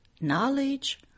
knowledge